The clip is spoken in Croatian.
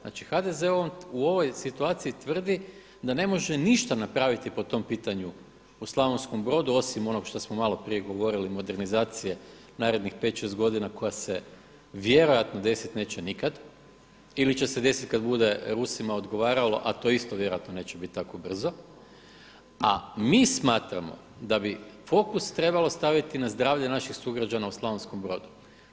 Znači HDZ u ovoj situaciji tvrdi da ne može ništa napraviti po tom pitanju u Slavonskom Brodu osim onog što smo malo prije govorili modernizacije narednih pet, šest godina koja se vjerojatno neće desiti nikada ili će se desiti kada bude Rusima odgovaralo, a to isto vjerojatno neće biti tako brzo, a mi smatramo da bi fokus trebalo staviti na zdravlje naših sugrađana u Slavonskom Brodu.